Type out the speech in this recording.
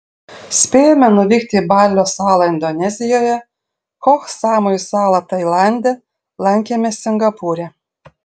spėjome nuvykti į balio salą indonezijoje koh samui salą tailande lankėmės singapūre